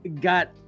got